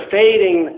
fading